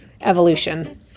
evolution